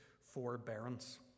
forbearance